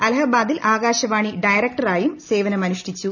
അലഹബാദിൽ ആകാശവാണി ഡയറക്ടറായും സേവനമനുഷ്ഠിച്ചു